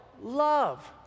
Love